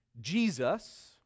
Jesus